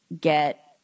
get